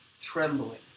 trembling